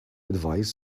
advise